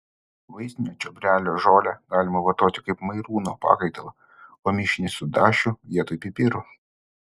vaistinio čiobrelio žolę galima vartoti kaip mairūno pakaitalą o mišinį su dašiu vietoj pipirų